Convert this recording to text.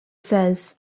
says